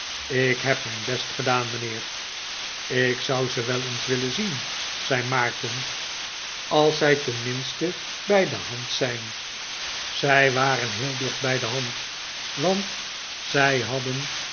ik heb mijn best gedaan mijnheer ik zou ze wel eens willen zien zei maarten als zij tenminste bij de hand zijn zij waren heel dicht bij de hand want zij hadden